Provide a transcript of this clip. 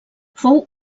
fou